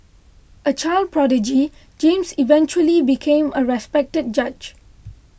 a child prodigy James eventually became a respected judge